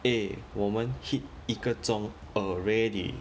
eh 我们 hit 一个钟 already